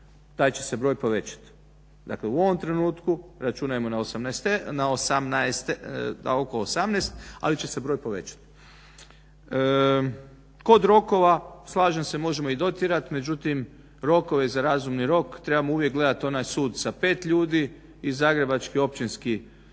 taj će se broj povećat. Dakle u ovom trenutku računajmo na oko 18, ali će se broj povećati. Kod rokova slažem se možemo i dotjerat, međutim rokovi za razumni rok trebamo uvijek gledati onaj sud sa 5 ljudi i zagrebački općinski